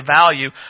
value